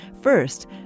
First